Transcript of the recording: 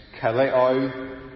kaleo